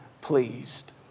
pleased